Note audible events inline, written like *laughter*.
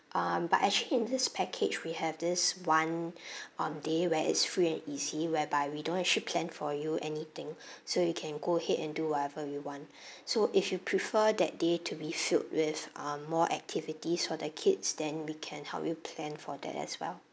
uh but actually in this package we have this one *breath* um day where it's free and easy whereby we don't actually plan for you anything so you can go ahead and do whatever you want so if you prefer that day to be filled with um more activities for the kids then we can help you plan for that as well